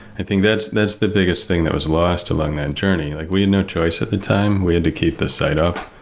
and that's that's the biggest thing that was lost along that journey. like we had no choice at the time. we had to keep this side up,